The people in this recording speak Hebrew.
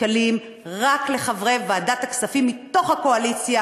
שקלים רק לחברי ועדת הכספים מתוך הקואליציה,